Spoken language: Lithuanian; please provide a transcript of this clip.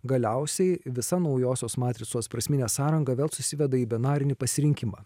galiausiai visa naujosios matricos prasminė sąranga vėl susiveda į binarinį pasirinkimą